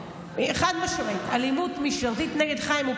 חד-משמעית אלימות משטרתית נגד חיים.